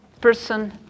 person